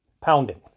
pounding